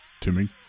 Timmy